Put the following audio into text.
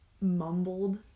mumbled